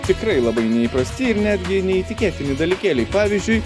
tikrai labai neįprasti ir netgi neįtikėtini dalykėliai pavyzdžiui